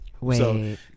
wait